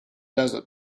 desert